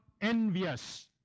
envious